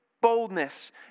boldness